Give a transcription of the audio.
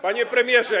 Panie Premierze!